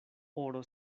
oro